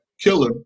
killer